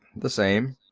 the same.